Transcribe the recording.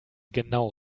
genau